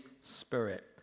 Spirit